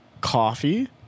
coffee